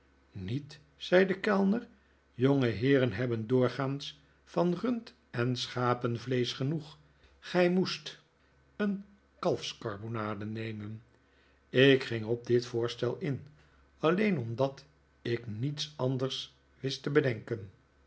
niet zei de kellner jongeheeren hebben doorgaans van rund en schapenvleesch genoeg gij moest een kalfskarbonade nemen ik ging op dit voorstel in alleen omdat ik niets anders wist te bedenken